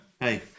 hey